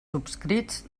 subscrits